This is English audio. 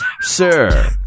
Sir